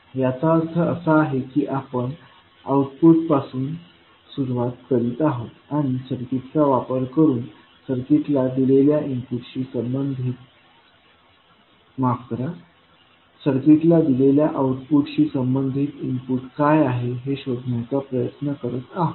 याचा अर्थ असा आहे की आपण आऊटपुट पासून सुरूवात करीत आहोत आणि सर्किटचा वापर करून सर्किटला दिलेल्या आऊटपुटशी संबंधित इनपुट काय आहे हे शोधण्याचा प्रयत्न करत आहोत